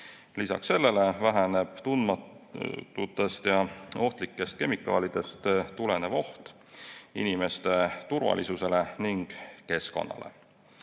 Lisaks sellele väheneb tundmatutest ja ohtlikest kemikaalidest tulenev oht inimeste turvalisusele ning keskkonnale.